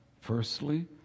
firstly